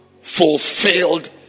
Fulfilled